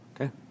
Okay